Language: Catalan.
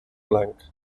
blanc